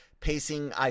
Pacing